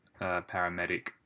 paramedic